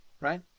right